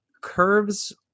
curves